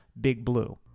bigblue